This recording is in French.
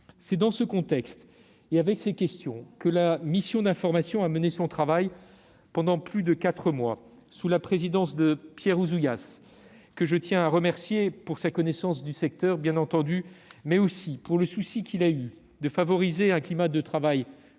C'est dans ce contexte et avec ces questions que la mission d'information a mené son travail pendant plus de quatre mois sous la présidence de Pierre Ouzoulias, que je tiens à remercier non seulement de sa connaissance du secteur, mais aussi du souci qu'il a eu de favoriser un climat de travail